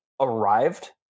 arrived